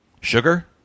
Sugar